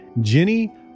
Jenny